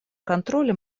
контроля